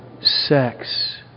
sex